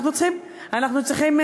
הוא לא היחידי.